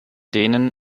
denen